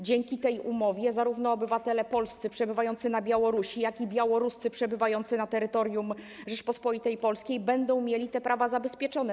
Dzięki tej umowie zarówno obywatele polscy przebywający na Białorusi, jak i obywatele białoruscy przebywający na terytorium Rzeczypospolitej Polskiej będą mieli te prawa zabezpieczone.